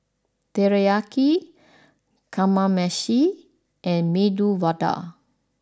Teriyaki Kamameshi and Medu Vada